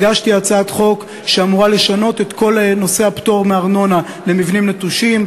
הגשתי הצעת חוק שאמורה לשנות את כל נושא הפטור מארנונה למבנים נטושים.